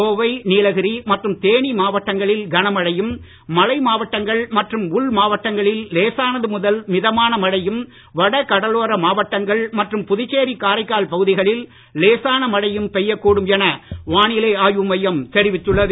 கோவை நீலகிரி மற்றும் தேனி மாவட்டங்களில் கன மழையும் மலை மாவட்டங்கள் மற்றும் உள் மாவட்டங்களில் லேசானது முதல் மிதமான மழையும் வட கடலோர மாவட்டங்கள் மற்றும் புதுச்சேரி காரைக்கால் பகுதிகளில் லேசான மழையும் பெய்யக் கூடும் என வானிலை ஆய்வு மையம் தெரிவித்துள்ளது